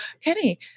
Kenny